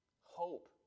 hope